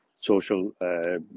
social